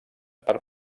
per